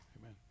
amen